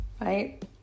right